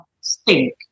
Stink